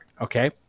okay